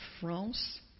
France